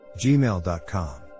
gmail.com